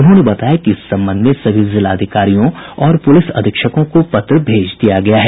उन्होंने बताया कि इस संबंध में सभी जिलाधिकारियों और पुलिस अधीक्षकों को पत्र भेज दिया गया है